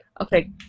Okay